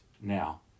now